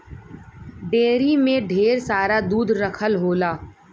dairy में ढेर सारा दूध रखल होला